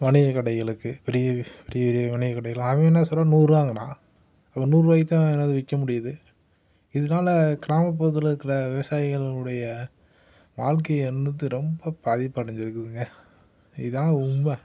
வணிக கடைகளுக்கு பெரிய பெரிய பெரிய வணிக கடையில அவன் என்ன சொல்கிறான் நூறுபாங்குறான் தொண்ணூறுபாய்க்கு தான் என்னால் விற்க முடியுது இதனால கிராம பகுதியில இருக்கிற விவசாயிகளினுடைய வாழ்க்கை என்னது ரொம்ப பாதிப்படைஞ்சிருக்குதுங்க இதுதான் உண்மை